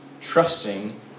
trusting